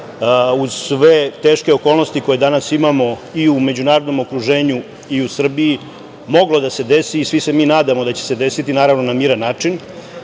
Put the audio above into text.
uz sve teške okolnosti koje danas imamo i u međunarodnom okruženju i u Srbiji moglo da se desi i svi se mi nadamo da će se desiti, naravno, na miran način. Ovih